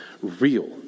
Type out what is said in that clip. real